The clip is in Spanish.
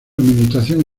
administración